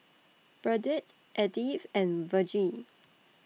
Burdette Edith and Vergie